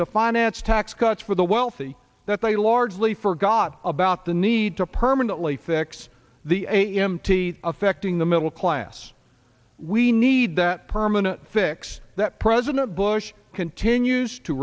to finance tax cuts for the wealthy that they largely forgot about the need to permanently fix the a m t affecting the middle class we need that permanent fix that president bush continues to